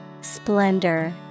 Splendor